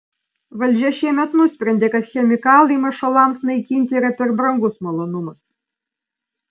valdžia šiemet nusprendė kad chemikalai mašalams naikinti yra per brangus malonumas